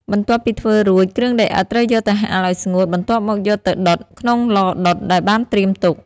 បន្ទាប់ពីធ្វើរួច គ្រឿងដីឥដ្ឋត្រូវយកទៅហាលឲ្យស្ងួត បន្ទាប់មកយកទៅ ដុត ក្នុងឡដុតដែលបានត្រៀមទុក។